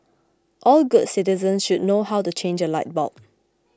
all good citizens should learn how to change a light bulb